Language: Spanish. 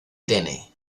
irene